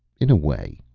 in a way.